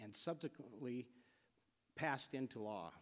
and subsequently passed into law